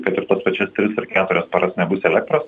kad ir tas pačias tris ar keturias paras nebus elektros